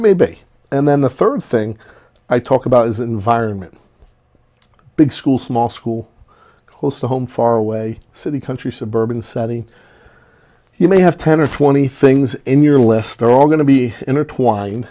it may be and then the third thing i talk about is environment big school small school close to home far away city country suburban setting you may have ten or twenty things in your list they're all going to be intertwined